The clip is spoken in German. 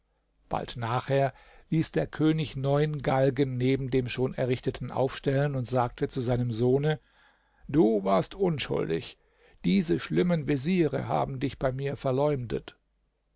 bald nachher ließ der könig neun galgen neben dem schon errichteten aufstellen und sagte zu seinem sohne du warst unschuldig diese schlimmen veziere haben dich bei mir verleumdet